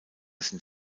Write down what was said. sind